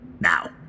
Now